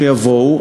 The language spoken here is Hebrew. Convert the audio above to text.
שיבואו.